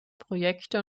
projekte